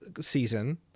season